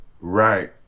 right